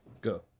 Go